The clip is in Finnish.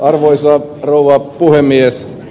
arvoisa rouva puhemies